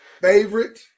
favorite